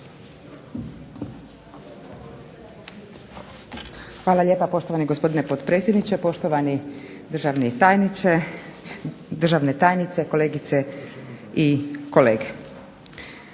Hvala lijepa poštovani gospodine potpredsjedniče, poštovani državni tajniče, državne tajnice,